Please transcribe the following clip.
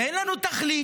ואין לנו תכלית,